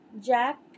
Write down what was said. Jack